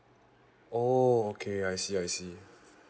oh okay I see I see